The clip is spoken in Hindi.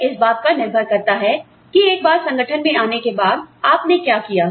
यह इस बात पर निर्भर करता है कि एक बार संगठन में आने के बाद आपने क्या किया